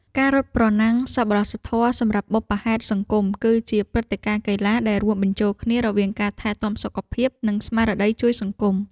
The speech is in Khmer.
ការរត់ប្រណាំងសប្បុរសធម៌សម្រាប់បុព្វហេតុសង្គម គឺជាព្រឹត្តិការណ៍កីឡាដែលរួមបញ្ចូលគ្នារវាងការថែទាំសុខភាព និងស្មារតីជួយសង្គម។